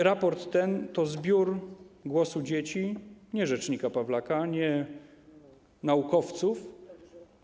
Raport ten to zbiór głosu dzieci, nie rzecznika Pawlaka, nie naukowców.